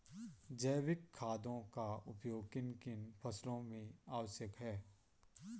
जैविक खादों का उपयोग किन किन फसलों में आवश्यक है?